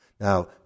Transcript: Now